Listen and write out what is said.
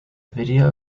video